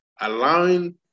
allowing